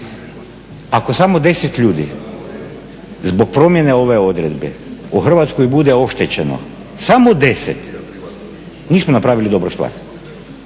Ako samo 10 ljudi zbog promjene ove odredbe u Hrvatskoj bude oštećeno, samo 10, nismo napravili dobru stvar.